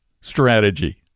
strategy